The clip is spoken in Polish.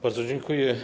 Bardzo dziękuję.